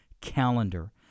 calendar